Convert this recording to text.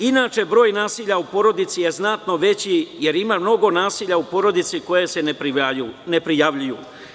Inače, broj nasilja u porodici je znatno veći jer ima mnogo nasilja u porodici koja se ne prijavljuju.